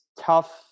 Tough